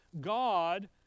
God